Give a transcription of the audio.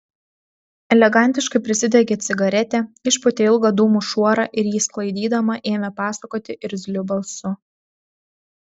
elegantiškai prisidegė cigaretę išpūtė ilgą dūmų šuorą ir jį sklaidydama ėmė pasakoti irzliu balsu